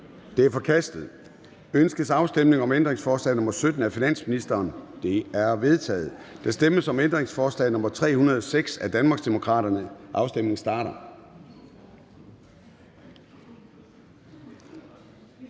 Integrationsministeriet. Ønskes afstemning om ændringsforslag nr. 24 af finansministeren? Det er vedtaget. Der stemmes om ændringsforslag nr. 308 af Danmarksdemokraterne. Afstemningen starter.